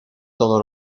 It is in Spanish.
todo